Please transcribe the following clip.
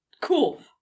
Cool